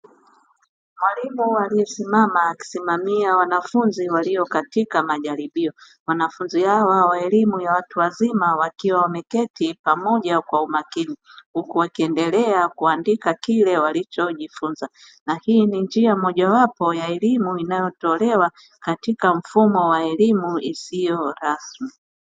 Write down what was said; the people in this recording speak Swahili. Mwalimu aliyesimama akisimamia wanafunzi walio katika majaribio, wanafunzi hawa wa elimu ya watu wazima wakiwa wameketi pamoja kwa umakini. Huku wakiendelea kuandika kile walichojifunza na hii ni njia mojawapo ya elimu inayotolewa katika mfumo wa elimu isiyo rasmi.